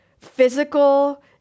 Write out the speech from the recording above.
physical